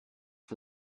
for